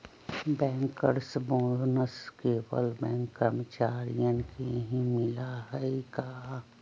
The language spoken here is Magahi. बैंकर्स बोनस केवल बैंक कर्मचारियन के ही मिला हई का?